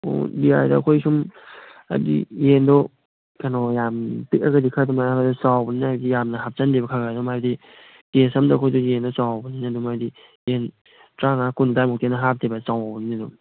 ꯑꯣ ꯌꯥꯏꯗ ꯑꯩꯈꯣꯏ ꯁꯨꯝ ꯍꯥꯏꯗꯤ ꯌꯦꯟꯗꯣ ꯀꯩꯅꯣ ꯌꯥꯝ ꯄꯤꯛꯑꯒꯗꯤ ꯈꯔ ꯆꯥꯎꯕꯅꯤꯅ ꯍꯥꯏꯗꯤ ꯌꯥꯝꯅ ꯍꯞꯆꯤꯟꯗꯦꯕ ꯈꯔ ꯈꯔ ꯑꯗꯨꯝ ꯍꯥꯏꯗꯤ ꯀꯦꯖ ꯑꯝꯗ ꯑꯩꯈꯣꯏꯗꯣ ꯌꯦꯟꯗꯣ ꯆꯥꯎꯕꯅꯤꯅ ꯑꯗꯨꯝ ꯍꯥꯏꯗꯤ ꯌꯦꯟ ꯇꯔꯥꯃꯉꯥ ꯀꯨꯟ ꯑꯗꯥꯏꯃꯨꯛꯇꯒꯤ ꯍꯦꯟꯅ ꯍꯥꯞꯇꯦꯕ ꯆꯥꯎꯕꯅꯤꯅ ꯑꯗꯨꯝ